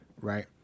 right